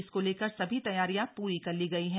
इसको लेकर सभी तैयारियां प्री कर ली गई है